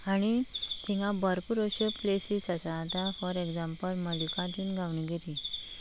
आनी थिंगां भरपूर अशे प्लेसीस आसा आतां फॉर एग्जांपल मल्लिकार्जून गांवणगिरी